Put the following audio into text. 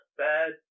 bad